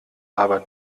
aber